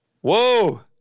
Whoa